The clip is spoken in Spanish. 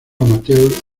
amateur